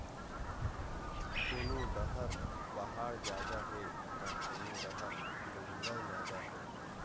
कोनो डहर पहाड़ जादा हे त कोनो डहर जंगल जादा हे